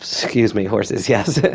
excuse me, horses, yes.